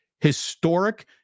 historic